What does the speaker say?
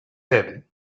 heaven